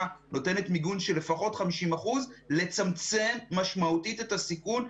נותנת מיגון של לפחות 50% לצמצם משמעותית את הסיכון.